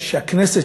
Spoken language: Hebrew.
שהכנסת,